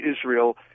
Israel